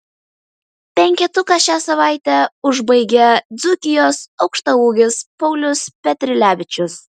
penketuką šią savaitę užbaigia dzūkijos aukštaūgis paulius petrilevičius